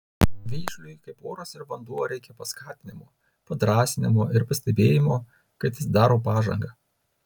vėžiui kaip oras ir vanduo reikia paskatinimo padrąsinimo ir pastebėjimo kad jis daro pažangą